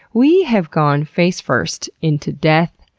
we have gone face first into death,